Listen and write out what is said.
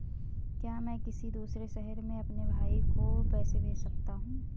क्या मैं किसी दूसरे शहर में अपने भाई को पैसे भेज सकता हूँ?